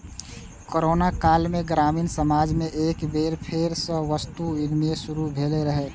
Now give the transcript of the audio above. corona काल मे ग्रामीण समाज मे एक बेर फेर सं वस्तु विनिमय शुरू भेल रहै